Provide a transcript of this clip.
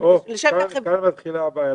כאן מתחילה הבעיה.